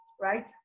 right